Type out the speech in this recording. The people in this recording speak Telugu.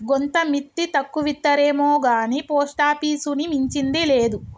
గోంత మిత్తి తక్కువిత్తరేమొగాని పోస్టాపీసుని మించింది లేదు